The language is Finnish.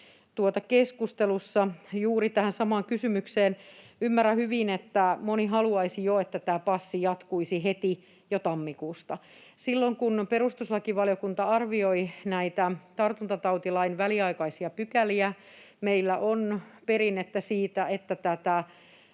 istuntokeskustelussa juuri tähän samaan kysymykseen. Ymmärrän hyvin, että moni haluaisi, että tämä passi jatkuisi heti jo tammikuusta. Siitä, kun perustuslakivaliokunta arvioi näitä tartuntatautilain väliaikaisia pykäliä, meillä on perinnettä siitä, että tätä